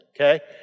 okay